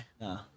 No